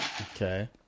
Okay